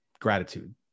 gratitude